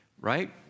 right